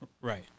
Right